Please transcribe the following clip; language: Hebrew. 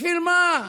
בשביל מה?